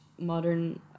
modern